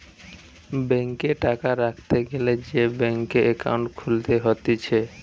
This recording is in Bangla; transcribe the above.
ব্যাংকে টাকা রাখতে গ্যালে সে ব্যাংকে একাউন্ট খুলতে হতিছে